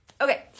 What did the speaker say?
Okay